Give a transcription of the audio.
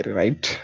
right